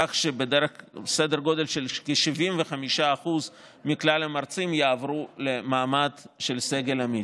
כך שסדר גודל של כ-75% מכלל המרצים יעברו למעמד של סגל עמית.